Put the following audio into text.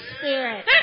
spirit